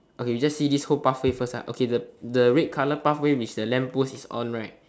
okay we just see this whole pathway first ah okay the the red colour pathway with the lamp post is on right